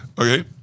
Okay